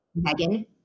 Megan –